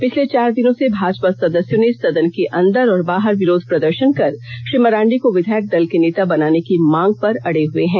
पिछले चार दिनों से भाजपा सदस्यों ने सदन के अंदर और बाहर विरोध प्रदर्षन कर श्री मरांडी को विधायक दल के नेता बनाने की मांग पर अड़े हुये हैं